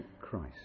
Christ